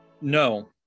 No